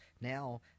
now